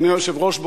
אדוני היושב-ראש,